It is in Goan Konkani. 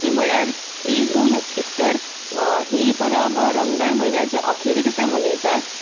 ती म्हळ्यार ईद उल इफर ही परब रमदान म्हयन्याच्या अखेरी दिसा मनयतात